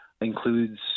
includes